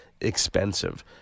expensive